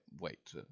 wait